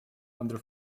under